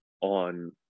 on